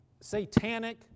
satanic